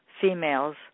females